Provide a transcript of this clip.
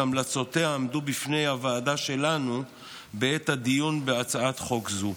והמלצותיה עמדו בפני הוועדה שלנו בעת הדיון בהצעת חוק זו.